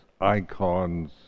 icons